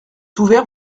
ouvert